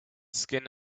skin